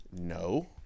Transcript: No